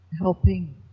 helping